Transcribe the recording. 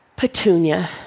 petunia